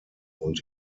und